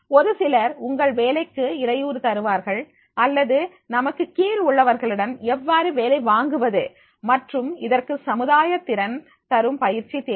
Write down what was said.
ஒரு சிலர் உங்கள் வேலைக்கு இடையூறு தருவார்கள் அல்லது நமக்கு கீழ் உள்ளவர்களிடம் எவ்வாறு வேலை வாங்குவது மற்றும் இதற்கு சமுதாயத் திறன் தரும் பயிற்சி தேவை